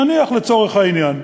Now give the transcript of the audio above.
נניח, לצורך העניין.